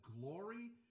glory